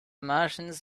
martians